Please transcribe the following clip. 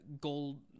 gold